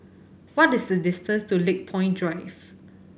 what is the distance to Lakepoint Drive